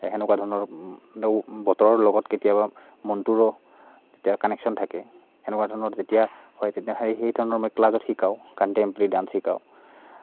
সেনেকুৱা ধৰণৰ বতৰৰ লগত কেতিয়াবা মনটোৰো তেতিয়া কানেকশ্যন থাকে সেনেকুৱা ধৰণৰ যেতিয়া হয় তেতিয়া সেই সেই ধৰণৰ মই ক্লাছত শিকাওঁ কণ্টেম্পৰেৰী ডান্স শিকাওঁ